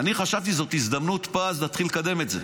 אני חשבתי שזאת הזדמנות פז להתחיל לקדם את זה,